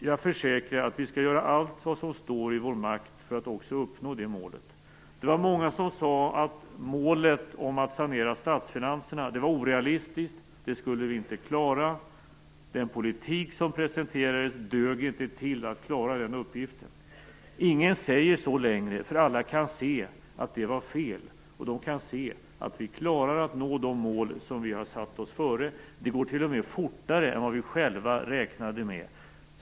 Jag försäkrar att vi skall göra allt som står i vår makt för att uppnå det målet. Det var många som sade att målet om att sanera statsfinanserna var orealistiskt. Det skulle vi inte klara. Den politik som presenterades dög inte för att klara den uppgiften. Ingen säger så längre, för alla kan se att det var fel. De kan se att vi klarar att nå de mål som vi satt oss för. Det går t.o.m. fortare än vi själva räknade med.